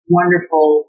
wonderful